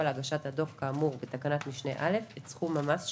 להגשת הדוח כאמור בתקנת משנה (א) את סכום המס שניכתה.